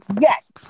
Yes